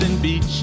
beach